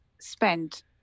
spend